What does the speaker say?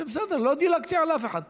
כן, בסדר, לא דילגתי על אף אחד פה.